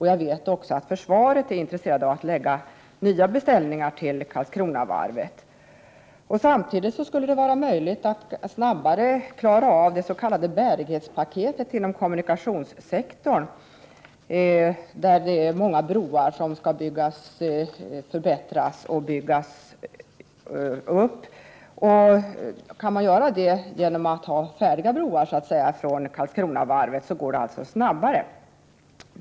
Jag vet att även försvaret är intresserat av att lägga brobeställningar till Karlskronavarvet. Samtidigt skulle man snabbare kunna klara bärighetspaketet inom kommunikationssektorn, där många broar skall förbättras eller byggas nya. Kan detta ske genom att man tar färdiga broar från Karlskronavarvet, går det alltså snabbare.